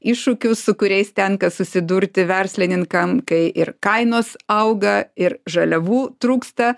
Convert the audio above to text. iššūkius su kuriais tenka susidurti verslininkam kai ir kainos auga ir žaliavų trūksta